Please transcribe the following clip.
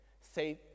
Say